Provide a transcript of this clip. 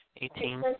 Eighteen